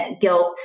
guilt